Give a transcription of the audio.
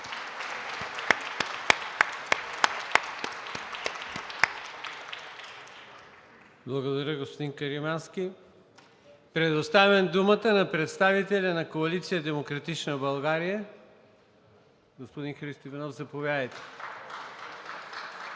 Благодаря, господин Каримански! Предоставям думата на представителя на Коалиция „Демократична България“ господин Христо Иванов. Заповядайте. ХРИСТО